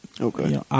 Okay